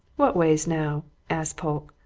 what ways, now? asked polke.